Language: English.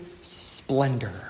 splendor